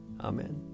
Amen